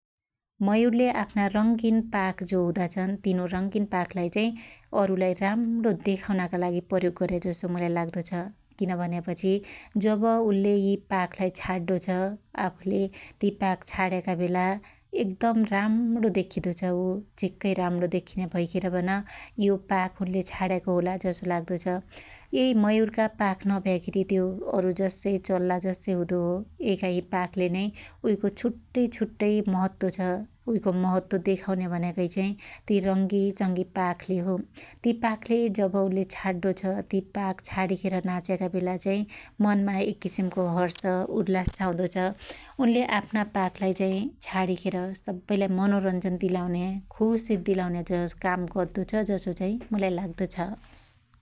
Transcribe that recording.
मयुरले आफ्ना रंगिन पाख जो हुदा छन् तिनु रंगिन पाखलाई चाहि अरुलाई राम्णो देखाउनकालागि प्रयोग गर्याजसो मुलाई लाग्दो छ । किन भन्यापछि जब उल्ले यी पाखलाई छाड्डो छ आफुले ति पाख छाड्याका बेला एकदम राम्णो देख्खीदो छ उ । झीक्कै राम्णो देख्खीन्या भैखेर पन यो पाख उल्ले छार्याको होला जसो लाग्दो छ । यई मयुरका पाख नभयाखेरी त्यो अरु जस्सै चल्ला जस्सै हुदो हो यइका यइ पाखले नै उइको छुट्टै छुट्टै महत्व छ उईको महत्व देखाउन्या भनेकै चैइ त्यइ रंगीचंगी पाखले हो । ति पाखले जब उल्ले छाड्डो छ ति पाख छाडीखेर नाच्याका बेला चाहि मनमा एक किसिमको हर्ष उल्लास छाउदो छ । उनले आफ्ना पाखलाई चाहि छाडीखेर सब्बैलाई मनोरन्जन दिलाउन्या खुशी दिलाउन्या जस काम गद्दो छ जसो चाहो मुलाई लाग्दो छ ।